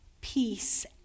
peace